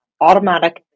automatic